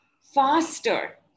faster